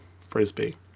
Frisbee